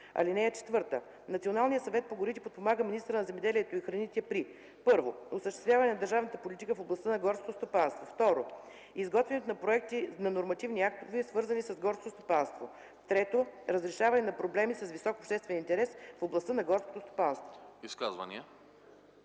и храните. (4) Националният съвет по горите подпомага министъра на земеделието и храните при: 1. осъществяването на държавната политика в областта на горското стопанство; 2. изготвянето на проекти на нормативни актове, свързани с горското стопанство; 3. разрешаването на проблеми с висок обществен интерес в областта на горското стопанство.”